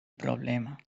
problema